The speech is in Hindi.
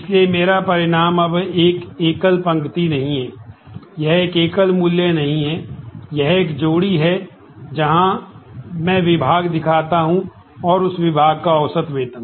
इसलिए मेरा परिणाम अब एक एकल पंक्ति नहीं है यह एक एकल मूल्य नहीं है यह एक जोड़ी है जहां मैं विभाग दिखाता हूं और उस विभाग का औसत वेतन